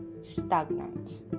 stagnant